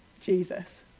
Jesus